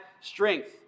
strength